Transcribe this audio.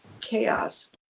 chaos